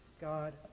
God